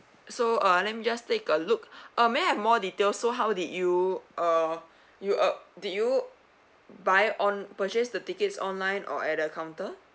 so uh let me just take a look uh may I have more detail so how did you uh you uh did you buy on purchase the tickets online or at the counter